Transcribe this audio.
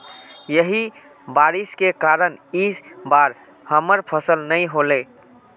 यही बारिश के कारण इ बार हमर फसल नय होले?